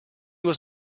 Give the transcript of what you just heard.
was